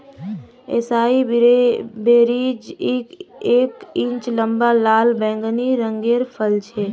एसाई berries एक inch लंबा लाल बैंगनी रंगेर फल छे